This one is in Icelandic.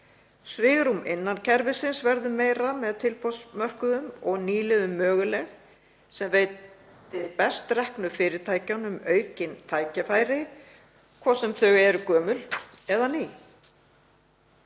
Svigrúm innan kerfisins verður meira með tilboðsmörkuðum og nýliðun möguleg sem veitir best reknu fyrirtækjunum aukin tækifæri, hvort sem þau eru gömul eða ný.